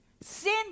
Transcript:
sin